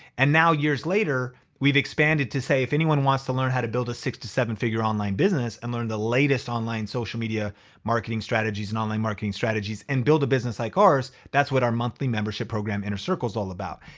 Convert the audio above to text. and now years later, we've expanded to say, if anyone wants to learn how to build a six to seven figure online business and learn the latest online social media marketing strategies and online marketing strategies and build a business like ours, that's what our monthly membership program, inner circle is all about.